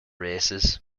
races